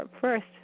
first